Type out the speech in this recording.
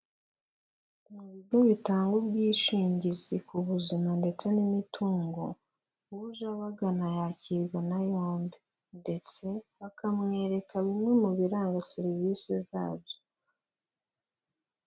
Mu bigo bitanga ubwishingizi ku buzima ndetse n'imitungo, uje abagana yakirwa na yombi ndetse bakamwereka bimwe mu biranga serivisi zabyo.